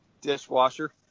Dishwasher